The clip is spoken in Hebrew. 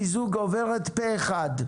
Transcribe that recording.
הצעת המיזוג עוברת פה אחד.